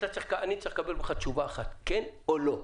אני צריך לקבל ממך תשובה אחת, כן או לא.